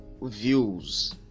views